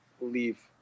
leave